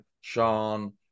sean